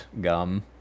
gum